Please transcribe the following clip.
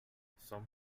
some